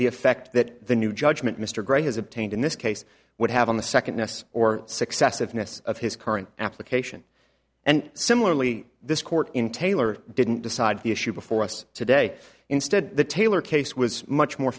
the effect that the new judgment mr gray has obtained in this case would have on the second s or successive ness of his current application and similarly this court in taylor didn't decide the issue before us today instead the taylor case was much more